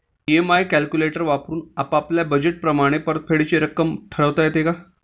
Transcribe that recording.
EMI calculator वापरून आपापल्या budget प्रमाणे परतफेडीची रक्कम ठरवता येते का?